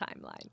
timeline